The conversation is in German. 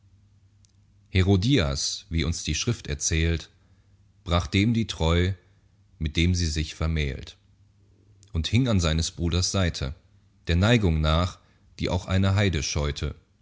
herodias wie uns die schrift erzählt brach dem die treu mit dem sie sich vermählt und hing an seines bruders seite der neigung nach die auch ein heide scheute